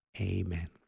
Amen